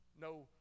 no